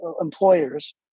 employers